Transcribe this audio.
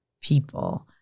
people